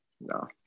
no